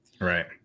right